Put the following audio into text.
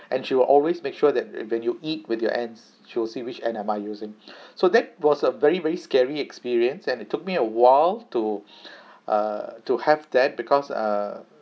and she will always make sure that when you eat with your hands she will see which hand am I using so that was a very very scary experience and it took me a while to uh to have that because uh